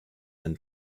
and